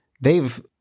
they've-